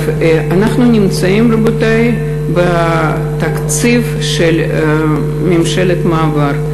אנחנו נמצאים, רבותי, בתקציב של ממשלת מעבר.